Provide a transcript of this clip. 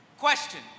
Question